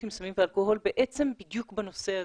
עם סמים ואלכוהול בדיוק בנושא הזה,